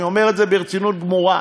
אני אומר את זה ברצינות גמורה,